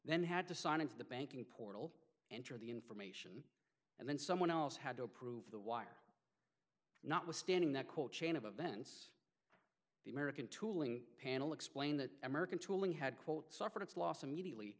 then had to sign into the banking portal enter the information and then someone else had to approve the wire notwithstanding the quote chain of events the american tooling panel explained that american tooling had quote suffered its loss immediately